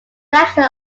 collection